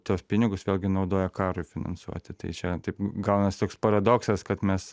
tuos pinigus vėlgi naudoja karui finansuoti tai čia taip gaunasi toks paradoksas kad mes